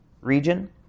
region